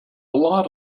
lot